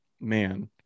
man